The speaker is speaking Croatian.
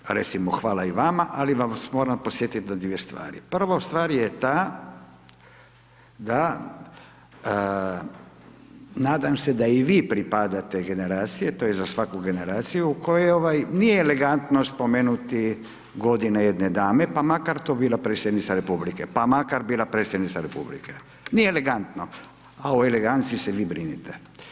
Hvala, recimo i hvala i vama, ali vas moram podsjetiti na 2 stvari, prva stvar je ta, da nadam se da i vi pripadate generaciji, to je za svaku generaciju, koja nije elegantno spomenuti godine jedne dame, pa makar to bila predsjednica Republike, pa makar bila predsjednica Republike, nije elegantno, a o elegancije se vi brinite.